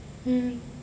mm